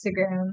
Instagram